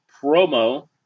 promo